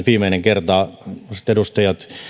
viimeinen kerta arvoisat edustajat